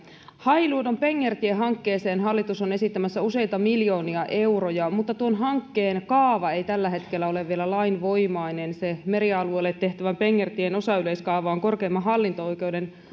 hailuodon pengertiehankkeeseen hallitus on esittämässä useita miljoonia euroja mutta tuon hankkeen kaava ei tällä hetkellä ole vielä lainvoimainen sen merialueelle tehtävän pengertien osayleiskaava on korkeimman hallinto oikeuden